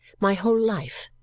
my whole life.